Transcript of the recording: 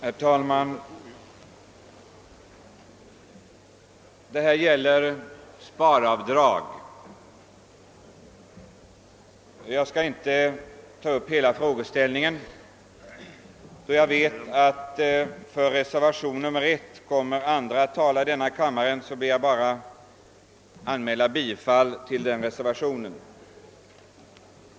Herr talman! Detta ärende gäller sparavdrag. Jag skall inte ta upp hela frågeställningen. Då jag vet att andra talare i denna kammare kommer att tala för reservation I ber jag bara att få yrka bifall till den reservationen.